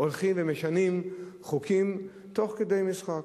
הולכים ומשנים חוקים תוך כדי משחק?